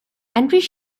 entries